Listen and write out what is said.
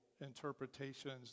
interpretations